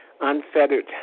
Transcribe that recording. unfettered